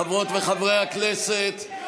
חברות וחברי הכנסת,